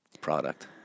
product